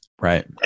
Right